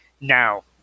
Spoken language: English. Now